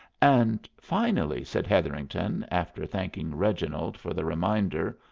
and finally, said hetherington, after thanking reginald for the reminder,